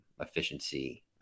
efficiency –